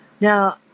Now